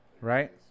right